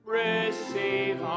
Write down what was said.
receive